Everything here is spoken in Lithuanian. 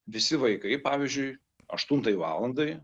visi vaikai pavyzdžiui aštuntai valandai